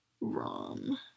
ROM